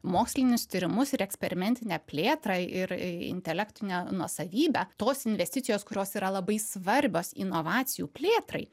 mokslinius tyrimus ir eksperimentinę plėtrą ir intelektinę nuosavybę tos investicijos kurios yra labai svarbios inovacijų plėtrai